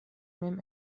mem